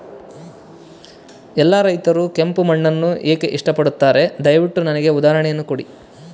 ಎಲ್ಲಾ ರೈತರು ಕೆಂಪು ಮಣ್ಣನ್ನು ಏಕೆ ಇಷ್ಟಪಡುತ್ತಾರೆ ದಯವಿಟ್ಟು ನನಗೆ ಉದಾಹರಣೆಯನ್ನ ಕೊಡಿ?